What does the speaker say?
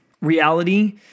reality